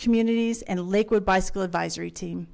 communities and liquid bicycle advisory team